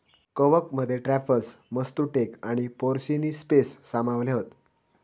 कवकमध्ये truffles, matsutake आणि porcini ceps सामावले हत